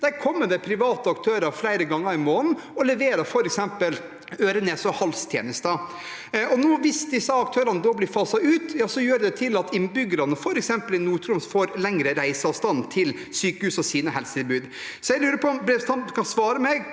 Dit kommer det private aktører flere ganger i måneden og leverer f.eks. øre-nese-hals-tjenester. Hvis disse aktørene nå blir faset ut, gjør det at innbyggerne f.eks. i Nord-Troms får lengre reiseavstand til sykehus og sine helsetilbud. Jeg lurer på om representanten kan svare meg